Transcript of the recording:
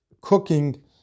cooking